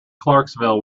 clarksville